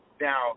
Now